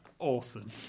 Awesome